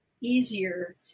easier